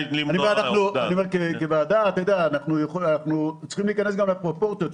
כוועדה, אנחנו צריכים להיכנס לפרופורציות.